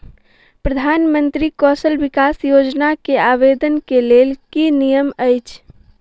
प्रधानमंत्री कौशल विकास योजना केँ आवेदन केँ लेल की नियम अछि?